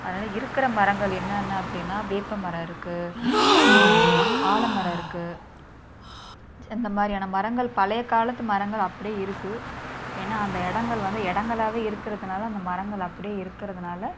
அதனால் இருக்கிற மரங்கள் என்னென்ன அப்படின்னா வேப்பமரம் இருக்குது ஆலமரம் இருக்குது இந்த மாதிரியான மரங்கள் பழைய காலத்து மரங்கள் அப்படியே இருக்குது ஏன்னா அந்த இடங்கள் வந்து இடங்களாவே இருக்கிறதுனால அந்த மரங்கள் அப்படியே இருக்கிறதுனால